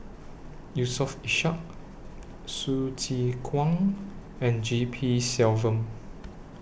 Yusof Ishak Hsu Tse Kwang and G P Selvam